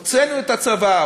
הוצאנו את הצבא,